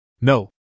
No